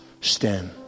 Stand